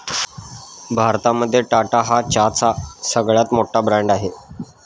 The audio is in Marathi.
भारतामध्ये टाटा हा चहाचा सगळ्यात मोठा ब्रँड आहे